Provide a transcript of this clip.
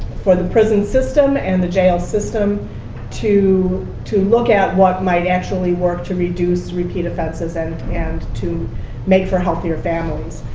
the prison system and the jail system to to look at what might actually work to reduce repeat offenses and and to make for healthier families.